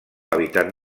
hàbitat